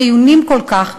החיוניים כל כך,